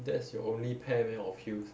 that's your only pair meh of heels